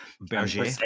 Berger